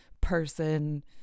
person